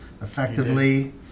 effectively